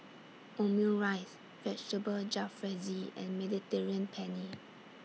Omurice Vegetable Jalfrezi and Mediterranean Penne